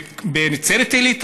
בנצרת עילית,